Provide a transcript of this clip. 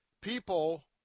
people